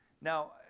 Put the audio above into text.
Now